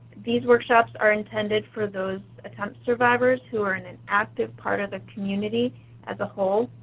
these workshops are intended for those attempt survivors who are an an active part of the community as a whole.